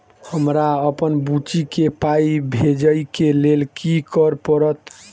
हमरा अप्पन बुची केँ पाई भेजइ केँ लेल की करऽ पड़त?